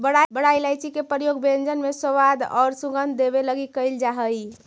बड़ा इलायची के प्रयोग व्यंजन में स्वाद औउर सुगंध देवे लगी कैइल जा हई